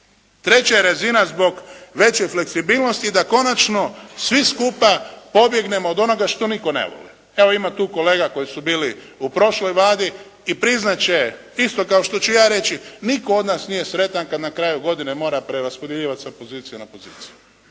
Treća je razina zbog veće fleksibilnosti da konačno svi skupa pobjegnemo od onoga što nitko ne voli. Evo, ima tu kolega koji su bili u prošloj Vladi i priznati će, isto kao što ću ja reći nitko od nas nije sretan kad na kraju godine mora preraspodjeljivati sa pozicije na poziciju.